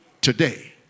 today